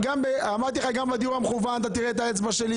אמרתי לך: גם בדיור המכוון אתה תראה את האצבע שלי,